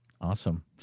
Awesome